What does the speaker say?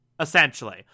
Essentially